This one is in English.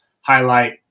highlight